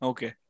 Okay